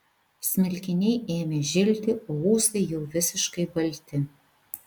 smilkiniai ėmė žilti o ūsai jau visiškai balti